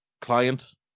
client